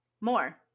More